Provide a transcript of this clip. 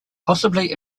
possibly